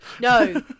no